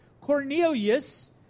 Cornelius